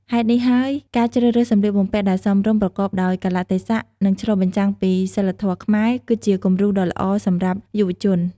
ហេតុនេះហើយ ការជ្រើសរើសសម្លៀកបំពាក់ដែលសមរម្យ ប្រកបដោយកាលៈទេសៈ និងឆ្លុះបញ្ចាំងពីសីលធម៌ខ្មែរ គឺជាគំរូដ៏ល្អសម្រាប់យុវជន។